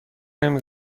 نمی